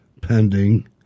pending